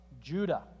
Judah